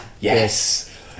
yes